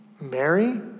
Mary